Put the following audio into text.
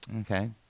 Okay